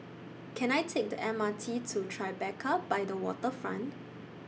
Can I Take The M R T to Tribeca By The Waterfront